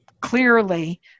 Clearly